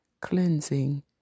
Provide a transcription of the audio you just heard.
cleansing